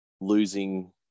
losing